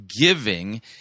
giving